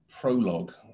prologue